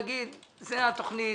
להגיד: זאת התוכנית,